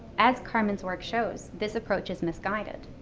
as carmen's work shows, this approach is misguided.